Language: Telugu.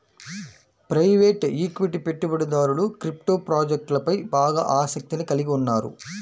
ప్రైవేట్ ఈక్విటీ పెట్టుబడిదారులు క్రిప్టో ప్రాజెక్ట్లపై బాగా ఆసక్తిని కలిగి ఉన్నారు